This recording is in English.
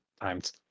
times